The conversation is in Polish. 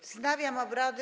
Wznawiam obrady.